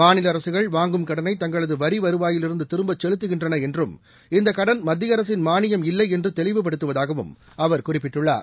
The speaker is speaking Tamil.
மாநில அரசுகள் வாங்கும் கடன்ன தங்களது வரிவருவாயிலிருந்து திரும்பக் செலுத்துகின்றன என்றும் இந்த கடன் மத்திய அரசின் மானியம் இல்லை என்று தெளிவுபடுத்துவதாகவும் அவர் குறிப்பிட்டுள்ளார்